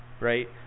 right